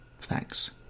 Thanks